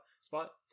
spot